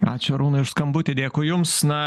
ačiū arūnui už skambutį dėkui jums na